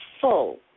full